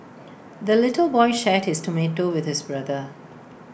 the little boy shared his tomato with his brother